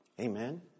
Amen